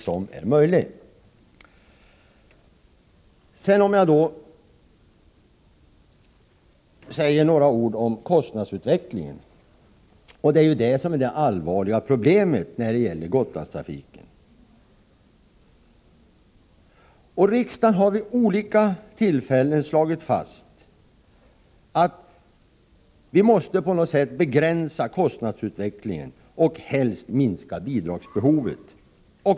Så några ord om kostnadsutvecklingen som är det allvarliga problemet för Gotlandstrafiken. Riksdagen har vid olika tillfällen fastslagit att vi på något sätt måste begränsa kostnadsutvecklingen och helst minska bidragsbehovet.